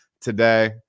today